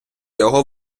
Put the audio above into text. його